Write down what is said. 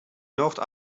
nocht